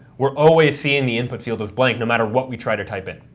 we're always seeing the input field as blank no matter what we try to type in.